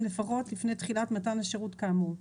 לפחות לפני תחילת מתן השירות כאמור.